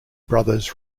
brothers